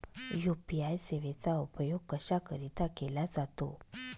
UPI सेवेचा उपयोग कशाकरीता केला जातो?